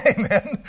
Amen